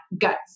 guts